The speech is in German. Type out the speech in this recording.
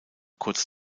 kurz